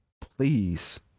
please